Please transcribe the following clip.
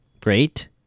Great